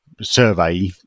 survey